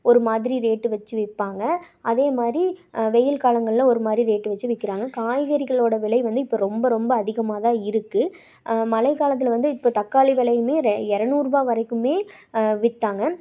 ஒரு மாதிரி ரேட்டு வச்சு விற்பாங்க அதே மாதிரி வெயில் காலங்களில் ஒரு மாதிரி ரேட்டு வச்சு விற்கிறாங்க காய்கறிகளோட விலை வந்து இப்போ ரொம்ப ரொம்ப அதிகமாக தான் இருக்குது மழைக்காலத்தில் வந்து இப்போது தக்காளி விலையுமே இரநூறுபா வரைக்கும் விற்றாங்க